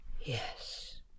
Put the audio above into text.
Yes